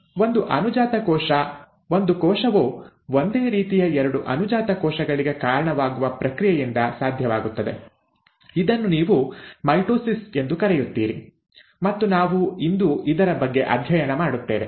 ಒಂದು ಅನುಜಾತ ಕೋಶ ಒಂದು ಕೋಶವು ಒಂದೇ ರೀತಿಯ ಎರಡು ಅನುಜಾತ ಕೋಶಗಳಿಗೆ ಕಾರಣವಾಗುವ ಪ್ರಕ್ರಿಯೆಯಿಂದ ಸಾಧ್ಯವಾಗುತ್ತದೆ ಇದನ್ನು ನೀವು ಮೈಟೊಸಿಸ್ ಎಂದು ಕರೆಯುತ್ತೀರಿ ಮತ್ತು ನಾವು ಇಂದು ಇದರ ಬಗ್ಗೆ ಅಧ್ಯಯನ ಮಾಡುತ್ತೇವೆ